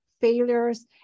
failures